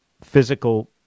physical